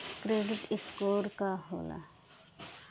Credit score का होला?